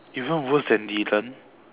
even worse than Dylan